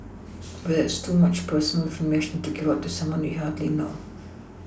but that's too much personal information to give out to someone we hardly know